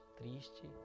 triste